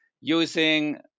using